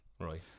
Right